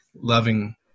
Loving